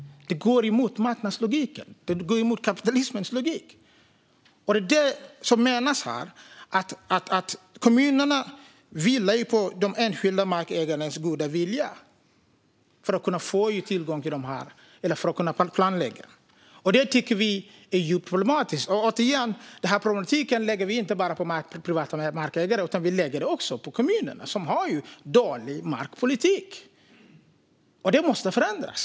Det går emot marknadens och kapitalismens logik. Det är detta som avses här. Kommunerna litar på de enskilda markägarnas goda vilja för att kunna få tillgång till marken eller kunna planlägga. Det tycker vi är djupt problematiskt. Vi lägger, återigen, inte skulden för problematiken bara på de privata markägarna, utan vi lägger den också på kommunerna. De har dålig markpolitik, vilket måste förändras.